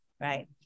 Right